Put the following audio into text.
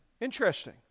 Interesting